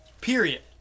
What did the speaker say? Period